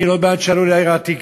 אני לא בעד שיעלו להר-הבית,